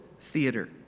theater